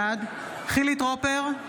בעד חילי טרופר,